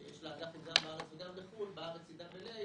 שיש לה אג"חים גם בארץ וגם בחו"ל בארץ היא AA,